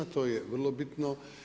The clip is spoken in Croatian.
To je vrlo bitno.